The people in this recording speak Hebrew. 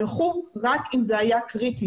הלכו רק אם זה היה קריטי,